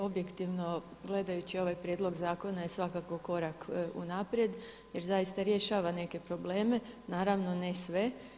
Objektivno gledajući ovaj prijedlog zakona je svakako korak unaprijed jer zaista rješava neke probleme, naravno ne sve.